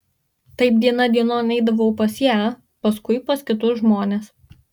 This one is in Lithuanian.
taip diena dienon eidavau pas ją paskui pas kitus žmones